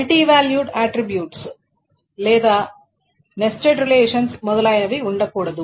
multi valued attributes లేదా nested relations మొదలైనవి ఉండకూడదు